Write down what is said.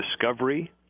discovery